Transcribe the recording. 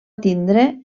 tindre